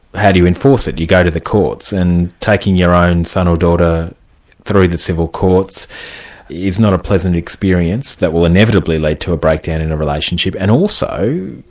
how do you enforce it? you go to the courts, and taking your own son or daughter through the civil courts is not a pleasant experience that will inevitably lead to a breakdown in a relationship, and also,